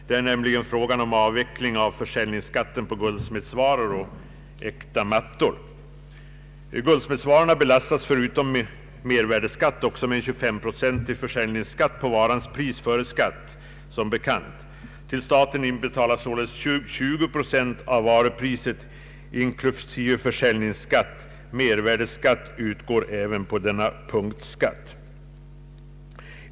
Reservationen gäller nämligen försälj Guldsmedsvarorna belastas förutom av mervärdeskatt också av en 25-procentig försäljningsskatt på varans pris före skatt. Till staten inbetalas således 20 procent av varupriset inklusive försäljningsskatt. — Mervärdeskatt = utgår även på denna punktskatt.